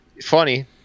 Funny